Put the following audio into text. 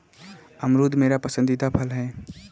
अमरूद मेरा पसंदीदा फल है